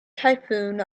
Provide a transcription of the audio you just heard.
typhoon